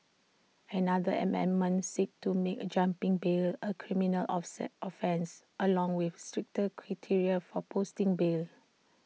another amendment seeks to make A jumping bail A criminal offset offence along with stricter criteria for posting bail